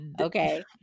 okay